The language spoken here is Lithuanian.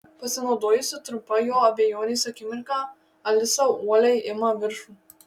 pasinaudojusi trumpa jo abejonės akimirka alisa uoliai ima viršų